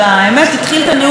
התחיל להתגאות,